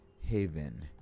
Haven